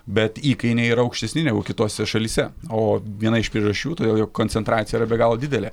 bet įkainiai yra aukštesni negu kitose šalyse o viena iš priežasčių todėl jog koncentracija yra be galo didelė